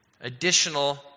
additional